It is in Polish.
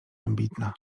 ambitna